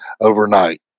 overnight